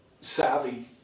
savvy